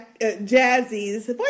Jazzy's